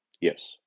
Yes